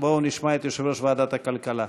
בואו נשמע את יושב-ראש ועדת הכלכלה.